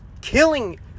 killing